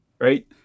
right